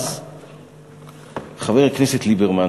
אז חבר הכנסת ליברמן,